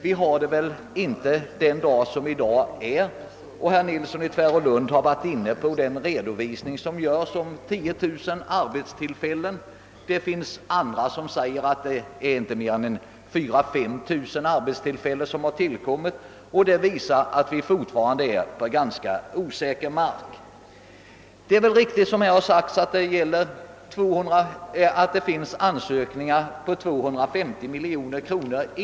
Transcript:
Vi har inte några sådana i dag heller. Herr Nilsson i Tvärålund talade om att 10 000 arbetstillfällen redovisats. Andra säger att endast 4 000 å 5 000 arbetstillfällen har tillkommit. Detta visar att vi fortfarande befinner oss på ganska osäker mark. Det är väl riktigt, som här sagts, att det för närvarande ligger inne ansökningar för 250 miljoner kronor.